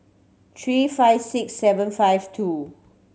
three five six seven five two